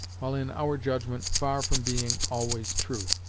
while in our judgment far from being always true.